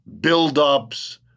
buildups